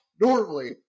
normally